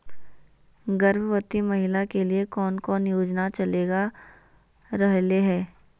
गर्भवती महिला के लिए कौन कौन योजना चलेगा रहले है?